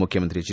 ಮುಖ್ಯಮಂತ್ರಿ ಎಚ್